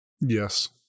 Yes